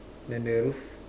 then the roof